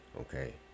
Okay